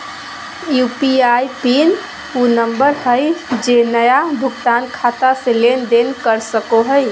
UPI PIN उ number हइ जे नया भुगतान खाता से लेन देन कर सको हइ